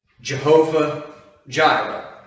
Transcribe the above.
Jehovah-Jireh